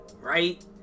right